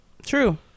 true